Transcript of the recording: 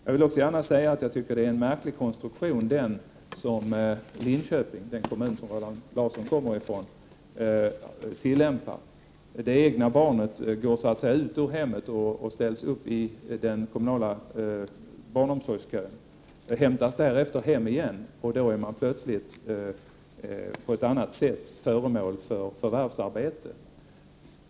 Jag vill också gärna säga att jag tycker att det är en märklig konstruktion som Linköping, den kommun som Roland Larsson kommer ifrån, tillämpar. Det egna barnet går så att säga ut ur hemmet, ställs upp i den kommunala barnomsorgskön och hämtas därefter hem igen. Då är barnet plötsligt på ett annat sätt föremål för förvärvsarbete.